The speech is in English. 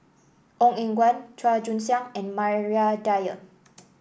Ong Eng Guan Chua Joon Siang and Maria Dyer